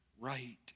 right